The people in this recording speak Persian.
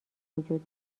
وجود